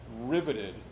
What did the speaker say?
riveted